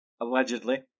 Allegedly